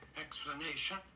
explanation